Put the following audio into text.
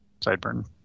Sideburn